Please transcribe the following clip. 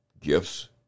gifts